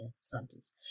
sentence